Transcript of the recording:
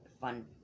fun